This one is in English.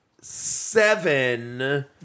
seven